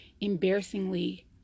embarrassingly